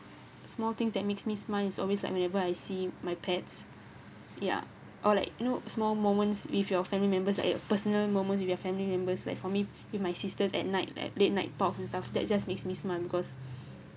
small things that makes me smile is always like whenever I see my pets ya or like you know small moments with your family members like your personal moments with your family members like for me with my sisters at night like late night talks and stuff that just makes me smile because